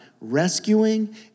rescuing